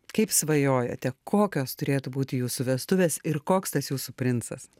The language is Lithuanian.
kaip svajojote kokios turėtų būti jūsų vestuvės ir koks tas jūsų princas